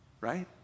Right